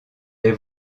des